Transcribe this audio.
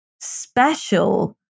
special